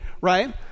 right